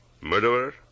Murderer